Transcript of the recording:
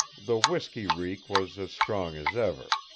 the whisky reek was as strong as ever.